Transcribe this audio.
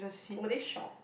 were they shock